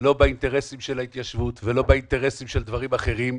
לא באינטרסים של ההתיישבות ולא באינטרסים של דברים אחרים,